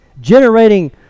generating